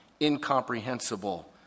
incomprehensible